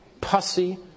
pussy